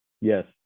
Yes